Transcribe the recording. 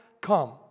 come